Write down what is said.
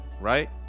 right